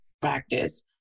practice